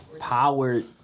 powered